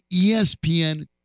ESPN